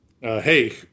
Hey